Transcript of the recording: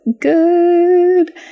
good